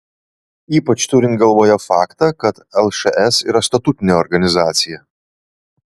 ypač turint galvoje faktą kad lšs yra statutinė organizacija